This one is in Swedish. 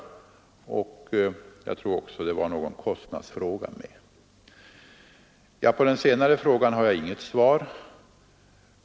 Han ställde också en fråga beträffande kostnaderna. På den senare frågan har jag inget svar.